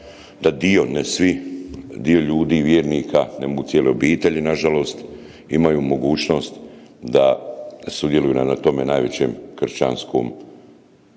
da dio, ne svi, dio ljudi, vjernika ne mogu cijele obitelji nažalost imaju mogućnost da sudjeluju na tome najvećem kršćanskom znači